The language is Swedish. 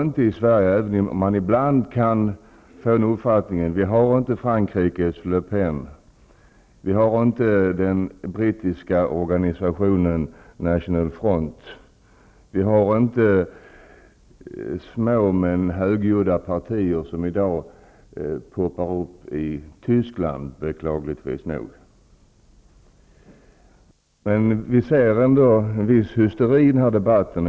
Även om man ibland kan få den uppfattningen har vi i Sverige faktiskt inte Frankrikes Le Pen, Storbritanniens organisation the National Front eller de små men högljudda partier som i dag beklagligt nog poppar upp i Tyskland. Vi har ändock en viss hysteri i den här debatten.